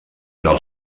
del